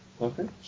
Okay